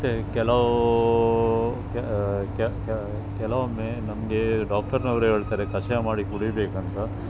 ಮತ್ತು ಕೆಲವು ಕೆಲವೊಮ್ಮೆ ನಮಗೆ ಡಾಕ್ಟರಿನವರು ಹೇಳುತ್ತಾರೆ ಕಷಾಯ ಮಾಡಿ ಕುಡಿಯಬೇಕಂತ